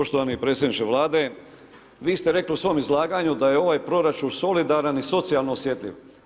Poštovani predsjedniče Vlade, vi ste rekli u svom izlaganju da je ovaj proračun solidaran i socijalno osjetljiv.